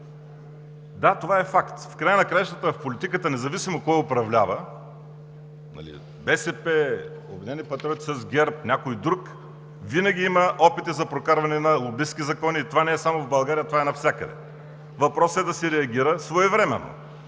Да, това е факт. В края на краищата в политиката, независимо кой управлява – БСП, „Обединени патриоти“ с ГЕРБ, някой друг, винаги има опити за прокарване на лобистки закони и това не е само в България, това е навсякъде. Въпросът е да се реагира своевременно.